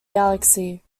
galaxy